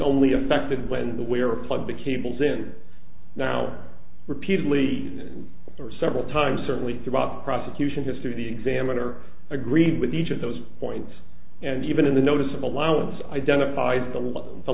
only affected when the wearer plugged the cables in now repeatedly or several times certainly throughout prosecution history the examiner agreed with each of those points and even in the notice of allowance identified the